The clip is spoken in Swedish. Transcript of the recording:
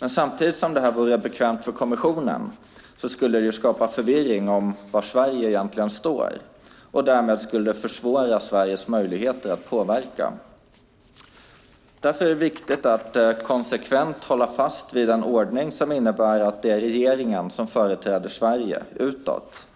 Men samtidigt som det vore bekvämt för kommissionen skulle det skapa förvirring om var Sverige egentligen står. Därmed skulle det försvåra Sveriges möjligheter att påverka. Därför är det viktigt att konsekvent hålla fast vid en ordning som innebär att det är regeringen som företräder Sverige utåt.